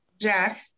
jack